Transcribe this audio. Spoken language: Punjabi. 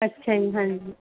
ਅੱਛਾ ਜੀ ਹਾਂਜੀ